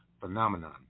Phenomenon